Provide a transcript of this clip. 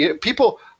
People